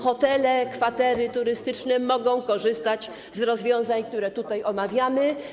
Hotele, kwatery turystyczne mogą korzystać z rozwiązań, które tutaj omawiamy.